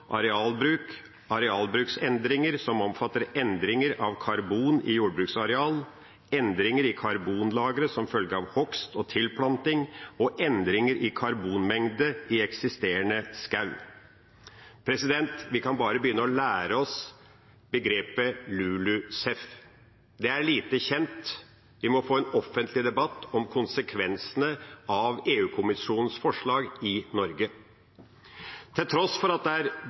arealbruk, arealbruksendringer som omfatter endringer av karbon i jordbruksareal, endringer i karbonlageret som følge av hogst og tilplanting og endringer i karbonmengde i eksisterende skog. Vi kan bare begynne å lære oss begrepet LULUCF. Det er lite kjent, vi må få en offentlig debatt av konsekvensene av EU-kommisjonens forslag i Norge. Til tross for at det er